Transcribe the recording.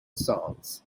songs